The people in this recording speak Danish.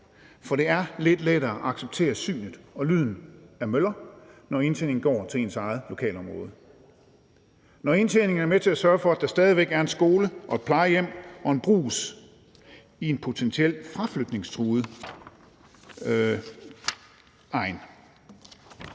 For det er lidt lettere at acceptere synet og lyden af møller, når indtjeningen går til ens eget lokalområde – når indtjeningen er med til at sørge for, at der stadig væk er en skole og et plejehjem og en brugs i en potentielt fraflytningstruet egn.